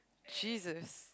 jesus